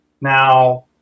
Now